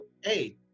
hey